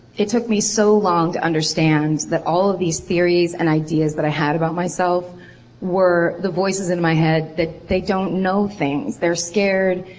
it took me so long to understand that all of these theories and ideas that i had about myself were the voices in my head. they don't know things. they're scared,